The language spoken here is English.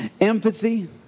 Empathy